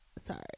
Sorry